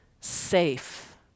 safe